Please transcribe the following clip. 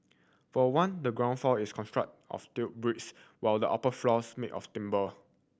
for one the ground floor is construct of tile bricks while the upper floors made of timber